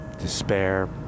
despair